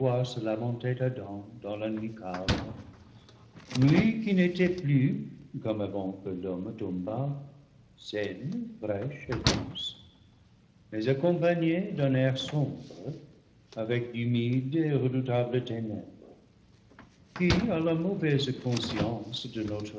se lamentait adam dans la nuit calme nuit qui n'était plus comme avant que l'homme tombât saine fraîche et douce mais accompagnée d'un air sombre avec d'humides et redoutables ténèbres qui à la mauvise conscience de